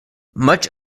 much